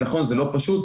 ונכון, זה לא פשוט.